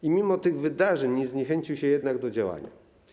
I mimo tych wydarzeń nie zniechęcił się jednak do działania.